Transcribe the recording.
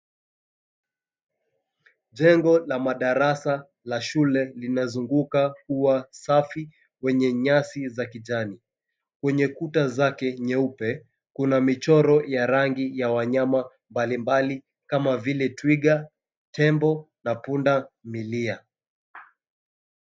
Jengo la madarasa la shule linazunguka ua safi wenye nyasi za kijani. Kwenye kuta zake nyeupe, kuna michoro ya rangi ya wanyama mbalimbali kama vile twiga, tembo na punda milia.